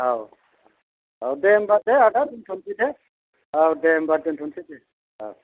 औ औ दे होनबा दे आदा दोनथ'नोसै दे औ दे होनबा दोनथ'नोसै दे औ औ